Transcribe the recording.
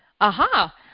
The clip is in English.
aha